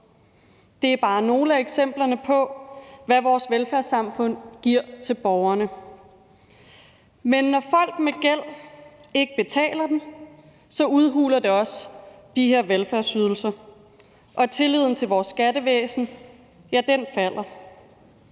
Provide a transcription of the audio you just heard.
det er bare nogle af eksemplerne på, hvad vores velfærdssamfund giver til borgerne. Men når folk med gæld ikke betaler den, udhuler det også de her velfærdsydelser, og tilliden til vores skattevæsen falder.